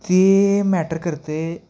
ते मॅटर करत आहे